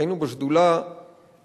היינו בשדולה שהתכנסה.